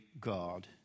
God